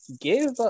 give